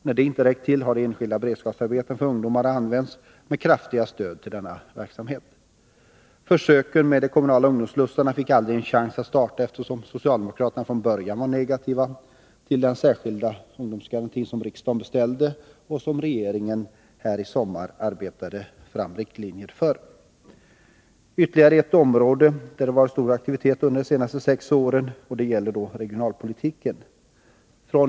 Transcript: När det inte räckt till har de enskilda beredskapsarbetena för ungdomar använts, med kraftiga stöd till denna verksamhet. Försöken med de kommunala ungdomsslussarna fick aldrig en chans att starta, eftersom socialdemokraterna från början var negativa till den särskilda ungdomsgaranti som riksdagen beställde och som regeringen här i sommar arbetade fram riktlinjer för. Ytterligare ett område där det har varit stor aktivitet under de senaste sex åren gäller regionalpolitiken.